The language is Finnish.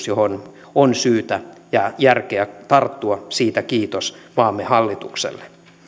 johon on syytä ja järkeä tarttua siitä kiitos maamme hallitukselle